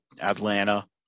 Atlanta